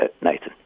Nathan